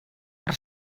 per